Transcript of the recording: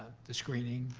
the screening?